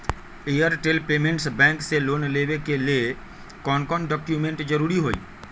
Airtel payments bank से loan लेवे के ले कौन कौन डॉक्यूमेंट जरुरी होइ?